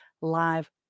live